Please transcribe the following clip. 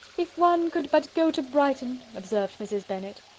if one could but go to brighton! observed mrs. bennet.